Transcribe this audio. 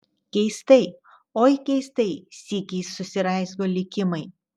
keistai oi keistai sykiais susiraizgo likimai